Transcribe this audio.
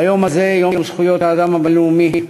ביום הזה, יום זכויות האדם הבין-לאומי,